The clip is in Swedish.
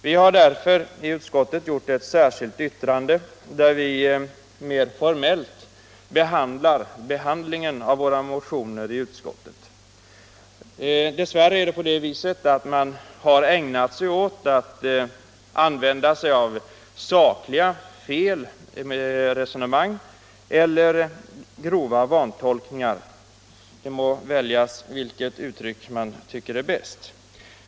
Vi har därför i utskottet gjort ett särskilt yttrande där vi mer formellt tar upp behandlingen av våra motioner i utskottet. Dess värre har man gjort sakliga fel i resonemanget eller grova vantolkningar. Det må väljas vilket uttryck man tycker är bäst.